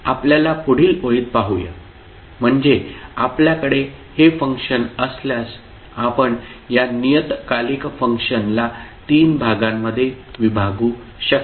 आपल्याला पुढील ओळीत पाहूया म्हणजे आपल्याकडे हे फंक्शन असल्यास आपण या नियतकालिक फंक्शनला तीन भागांमध्ये विभागू शकता